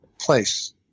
place